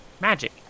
Magic